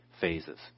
phases